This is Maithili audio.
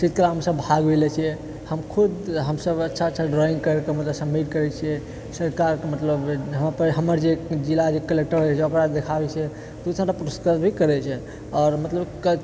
चित्रकलामे हमसब भाग भी लै छियै हम खुद हमसब अच्छा अच्छा ड्राइंग करके मतलब सबमिट करै छियै सरकारके मतलब हमर जे जिला जे कलेक्टर होइ छै ओकरा देखाबै छियै ओ सब हमरा पुरुस्कृत करै छै आओर मतलब